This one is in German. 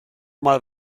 mal